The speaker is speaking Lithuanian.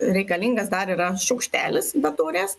reikalingas dar yra šaukštelis be taurės